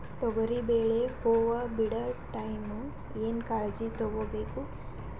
ತೊಗರಿಬೇಳೆ ಹೊವ ಬಿಡ ಟೈಮ್ ಏನ ಕಾಳಜಿ ತಗೋಬೇಕು?